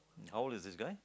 how old is this guy